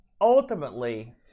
Ultimately